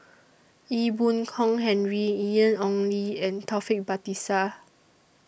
Ee Boon Kong Henry Ian Ong Li and Taufik Batisah